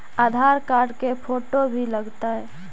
आधार card के photo भी लग तै?